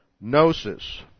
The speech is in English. Gnosis